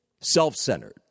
Self-centered